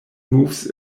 moves